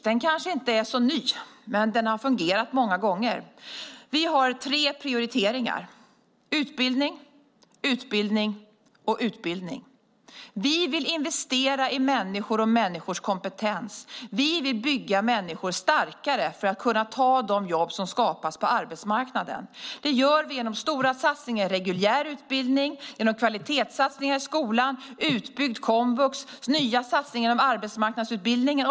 Den kanske inte är så ny, men den har fungerat många gånger. Vi har tre prioriteringar: utbildning, utbildning och utbildning. Vi vill investera i människor och människors kompetens. Vi vill bygga människor starkare för att de ska kunna ta de jobb som skapas på arbetsmarknaden. Det gör vi genom stora satsningar i reguljärutbildning, genom kvalitetssatsningar i skolan, utbyggd komvux, nya satsningar inom arbetsmarknadsutbildningar.